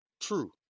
True